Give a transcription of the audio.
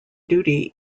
duty